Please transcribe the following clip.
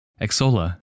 Exola